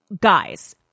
guys